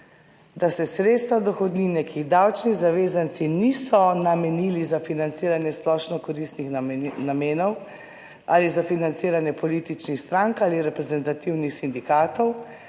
da se sredstva dohodnine, ki jih davčni zavezanci niso namenili za financiranje splošno koristnih namenov ali za financiranje političnih strank ali reprezentativnih sindikatov,